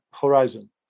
horizon